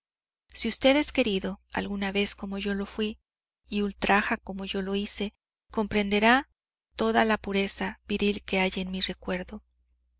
si usted es querido alguna vez como yo lo fuí y ultraja como yo lo hice comprenderá toda la pureza viril que hay en mi recuerdo